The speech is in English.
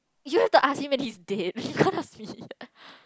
you have to ask him when he is dead ask me